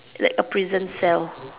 like a prison cell